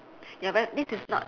ya but this is not